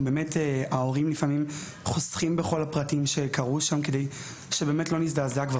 ההורים לפעמים חוסכים בכל הפרטים שקרו שם כדי שלא נזדעזע כבר